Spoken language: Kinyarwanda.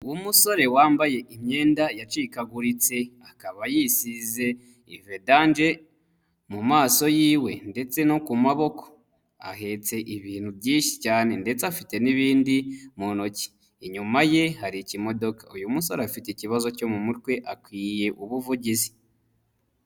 Umusore wambaye imyenda yacikaguritse akaba yisize vedanje mu maso yiwe ndetse no ku maboko, ahetse ibintu byinshi cyane ndetse afite n'ibindi mu ntoki, inyuma ye hari ikimodoka, uyu musore afite ikibazo cyo mu mutwe akwiye ubuvugizi.